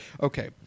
Okay